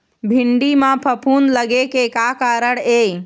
भिंडी म फफूंद लगे के का कारण ये?